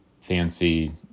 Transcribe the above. fancy